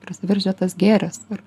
prasiveržia tas gėris ir